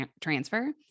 transfer